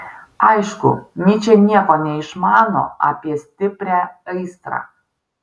aišku nyčė nieko neišmano apie stiprią aistrą